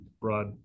broad